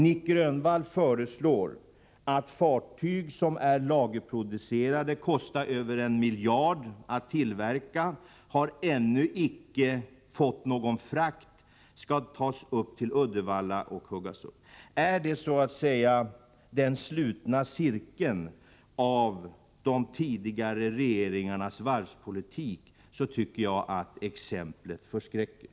Nic Grönvall föreslår att fartyg som är lagerproducerade, som kostat över 1 miljard att tillverka och som ännu icke fått någon frakt skall tas till Uddevalla och huggas upp. Är detta ”den slutna cirkeln” efter de tidigare regeringarnas varvspolitik, så tycker jag att exemplet förskräcker.